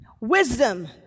Wisdom